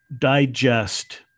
digest